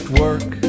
work